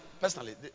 Personally